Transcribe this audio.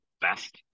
best